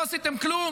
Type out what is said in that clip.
לא עשיתם כלום,